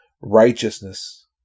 righteousness